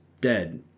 dead